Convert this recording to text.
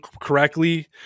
correctly